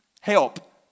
Help